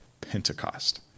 Pentecost